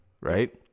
right